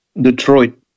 Detroit